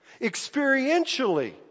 experientially